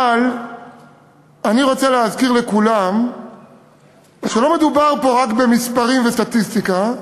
אבל אני רוצה להזכיר לכולם שלא מדובר פה רק במספרים וסטטיסטיקה,